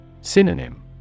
Synonym